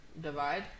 Divide